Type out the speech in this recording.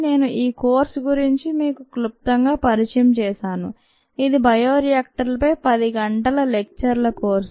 నేను ఈ కోర్సు గురించి మీకు క్లుప్తంగా పరిచయం చేశాను ఇది బయో రియాక్టర్లపై 10 గంటల లెక్చర్ల కోర్సు